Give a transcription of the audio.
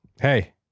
Hey